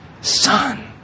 Son